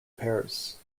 pairs